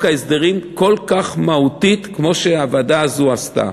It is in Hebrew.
ההסדרים כל כך מהותית כמו שהוועדה הזאת עשתה.